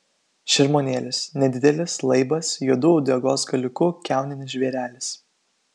šermuonėlis nedidelis laibas juodu uodegos galiuku kiauninis žvėrelis